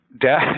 Death